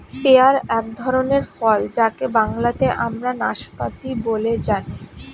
pair এক ধরনের ফল যাকে বাংলাতে আমরা নাসপাতি বলে জানি